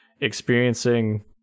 experiencing